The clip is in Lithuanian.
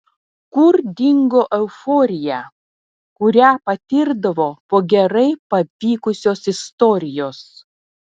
kur dingo euforija kurią patirdavo po gerai pavykusios istorijos